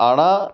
ஆனால்